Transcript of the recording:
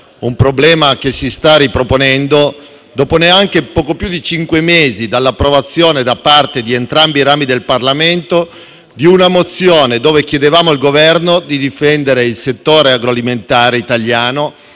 un problema che si sta riproponendo dopo poco più di cinque mesi dall'approvazione, da parte di entrambi i rami del Parlamento, di una mozione con la quale chiedevamo al Governo di difendere il settore agroalimentare italiano